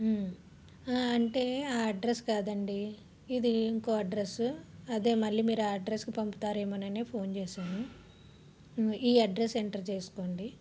ఆ అంటే ఆ అడ్రస్ కాదండి ఇది ఇంకో అడ్రస్సు అదే మళ్ళీ మీరు ఆ అడ్రస్సుకు పంపుతారేమోనని ఫోన్ చేశాను ఈ అడ్రస్ ఎంటర్ చేసుకోండి